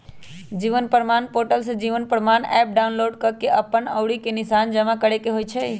जीवन प्रमाण पोर्टल से Jeevan Pramaan app download कऽ के अप्पन अँउरी के निशान जमा करेके होइ छइ